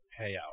payout